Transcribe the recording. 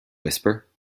whisper